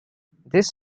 this